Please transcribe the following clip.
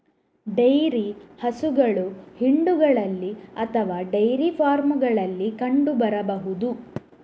dairy ಹಸುಗಳು ಹಿಂಡುಗಳಲ್ಲಿ ಅಥವಾ ಡೈರಿ ಫಾರ್ಮುಗಳಲ್ಲಿ ಕಂಡು ಬರಬಹುದು